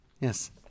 Yes